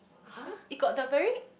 it's just it got the very